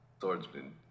swordsman